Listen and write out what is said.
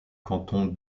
canton